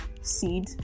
seed